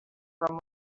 from